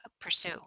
pursue